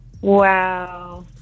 Wow